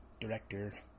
director